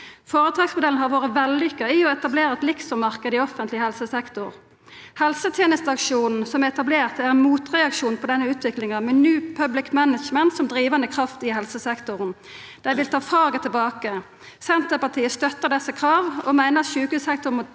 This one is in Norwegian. Føretaksmodellen har vore vellykka med omsyn til å etablera ein liksom-marknad i offentleg helsesektor. Helsetenesteaksjonen som er etablert, er ein motreaksjon på denne utviklinga, med New Public Management som drivande kraft i helsesektoren. Dei vil ta faget tilbake. Senterpartiet støttar desse krava og meiner at sjukehussektoren